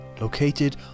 located